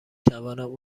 توانم